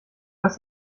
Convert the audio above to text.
hast